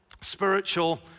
spiritual